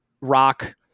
rock